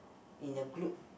in a group